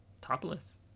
topless